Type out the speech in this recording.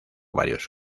varios